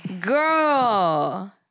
girl